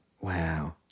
Wow